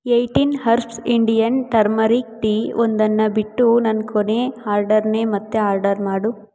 eighteen herbs Indian turmeric tea ಒಂದನ್ನು ಬಿಟ್ಟು ನನ್ನ ಕೊನೇ ಆರ್ಡರ್ನೇ ಮತ್ತೆ ಆರ್ಡರ್ ಮಾಡು